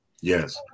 yes